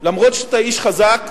אף-על-פי שאתה איש חזק,